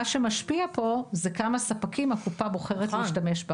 מה שמשפיע פה, זה בכמה ספקים הקופה בוחרת להשתמש.